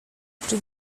oczy